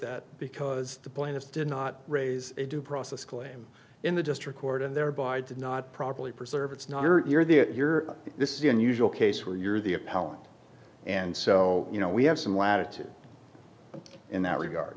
that because the plaintiffs did not raise a due process claim in the district court and thereby did not properly preserve it's not you're the you're this is the unusual case where you're the a power and so you know we have some latitude in that regard